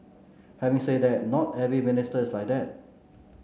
having said that not every minister is like that